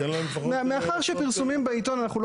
תן להם לפחות --- מאחר שפרסומים בעיתון אנחנו לא